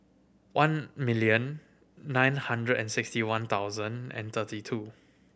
one million nine hundred and sixty one thousand and thirty two